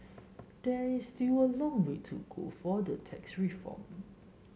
there is still a long way to go for the tax reform